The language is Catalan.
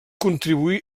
contribuir